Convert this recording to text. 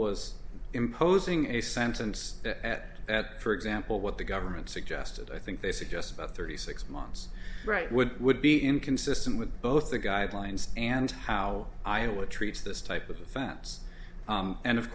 was imposing a sentence at that for example what the government suggested i think they suggest about thirty six months right would would be inconsistent with both the guidelines and how iowa treats this type of offense and of